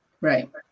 right